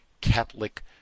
Catholic